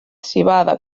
civada